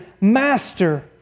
Master